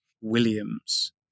Williams